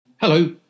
Hello